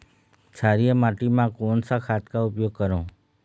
क्षारीय माटी मा कोन सा खाद का उपयोग करों?